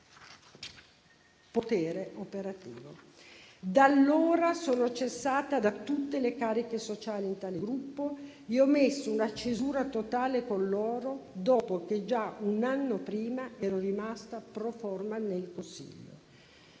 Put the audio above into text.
potere operativo. Da allora sono cessata da tutte le cariche sociali in tale gruppo e ho messo una cesura totale con loro dopo che già un anno prima ero rimasta proforma nel consiglio.